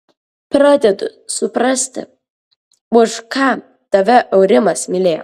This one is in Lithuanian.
pradedu suprasti už ką tave aurimas mylėjo